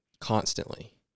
constantly